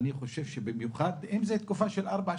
אני חושב שבמיוחד, אם זאת תקופה של ארבע שנים,